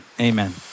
amen